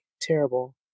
terrible